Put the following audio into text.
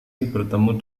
bertemu